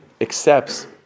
accepts